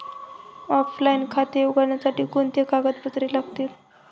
Offline खाते उघडण्यासाठी कोणती कागदपत्रे लागतील?